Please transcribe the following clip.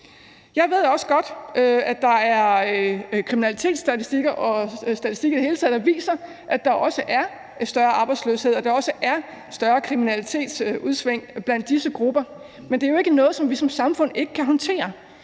og statistikker i det hele taget, der viser, at der også er større arbejdsløshed, og at der også er større kriminalitetsudsving blandt disse grupper, men det er jo ikke noget, vi som samfund ikke kan håndtere.